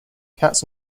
cats